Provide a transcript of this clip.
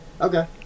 Okay